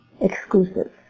exclusive